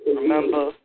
remember